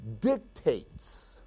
dictates